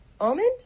Almond